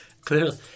clearly